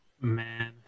man